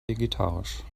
vegetarisch